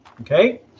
okay